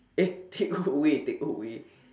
eh takeaway takeaway